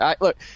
look